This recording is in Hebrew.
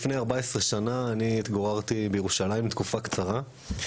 לפני 14 שנה אני התגוררתי בירושלים תקופה קצרה.